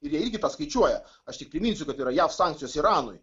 ir jie irgi paskaičiuoja aš tik priminsiu kad yra jav sankcijos iranui